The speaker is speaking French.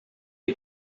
est